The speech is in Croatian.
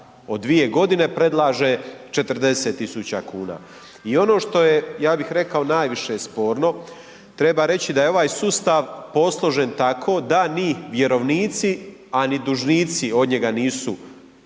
od 2 godine predlaže 40 tisuća kuna. I ono što je ja bih rekao najviše sporno, treba reći da je ovaj sustav posložen tako da ni vjerovnici a ni dužnici od njega nisu u